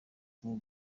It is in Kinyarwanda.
king